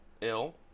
ill